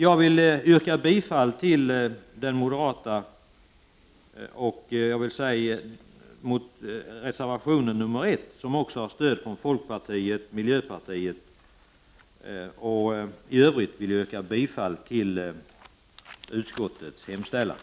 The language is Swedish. Jag yrkar bifall till den moderata reservationen 1, som också stöds av folkpartiet och miljöpartiet, och i övrigt bifall till utskottets hemställan.